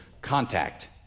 contact